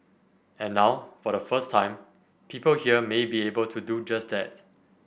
and now for the first time people here may be able to do just that